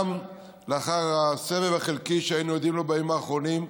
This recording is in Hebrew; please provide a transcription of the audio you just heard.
גם לאחר הסבב החלקי שהיינו עדים לו בימים האחרונים,